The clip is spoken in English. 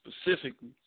specifically